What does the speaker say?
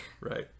Right